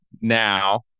now